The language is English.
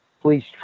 Please